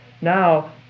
Now